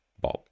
Bob